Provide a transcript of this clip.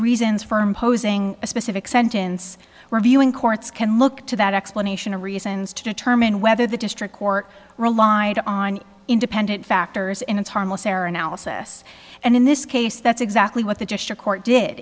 reasons firm posing a specific sentence reviewing courts can look to that explanation of reasons to determine whether the district court relied on independent factors in its harmless error analysis and in this case that's exactly what the just a court did